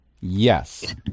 Yes